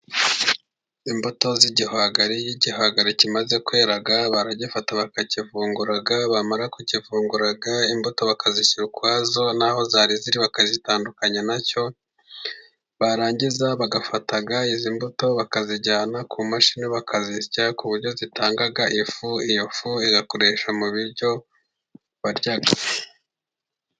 Imbuto z'igihwagari, iyo igihwagari kimaze kwera baragifata bakakivungura, bamara kukivungura imbuto bakazishyira ukwazo n'aho zari ziri bakazitandukanya na cyo, barangiza bagafata izi mbuto bakazijyana ku mashini bakazisya ku buryo zitanga ifu, iyo fu igakoresha mu biryo barya.